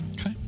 Okay